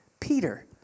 Peter